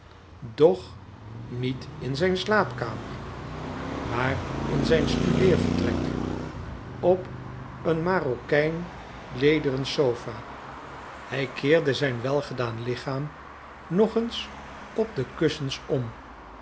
doch niet in zijn slaapkamer maar in zijn studeervertrek op een marokijnlederen sofa hij keerde zijn welgedaan lichaam nog eens op de kussens om